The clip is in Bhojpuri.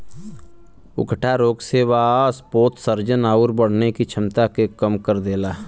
उकठा रोग से वाष्पोत्सर्जन आउर बढ़ने की छमता के कम कर देला